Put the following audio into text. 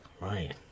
Right